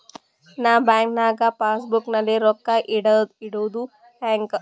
ನಾ ಬ್ಯಾಂಕ್ ನಾಗ passbook ನಲ್ಲಿ ರೊಕ್ಕ ಇಡುದು ಹ್ಯಾಂಗ್?